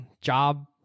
job